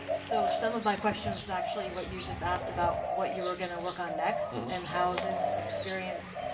so some of my question was actually what you just asked about what you were going to work on next and how this experience